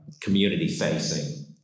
community-facing